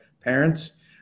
parents